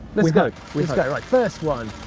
let's go. let's go, alright. first one.